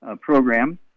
program